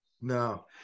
No